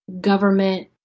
government